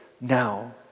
now